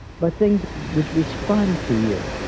but things which respond to you.